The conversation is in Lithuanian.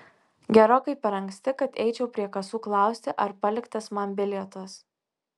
gerokai per anksti kad eičiau prie kasų klausti ar paliktas man bilietas